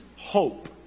hope